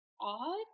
odd